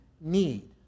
need